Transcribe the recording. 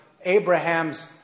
Abraham's